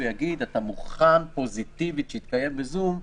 יגיד: אתה מוכן פוזיטיבית שיתקיים בזום,